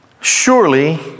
surely